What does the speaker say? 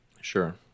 Sure